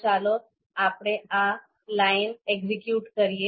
તો ચાલો આપણે આ લાઈન એક્ઝીક્યુટ કરીએ